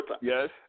Yes